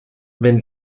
wenn